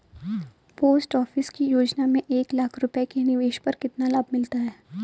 Post office की योजना में एक लाख रूपए के निवेश पर कितना लाभ मिलता है?